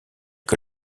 que